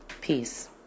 Peace